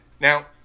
Now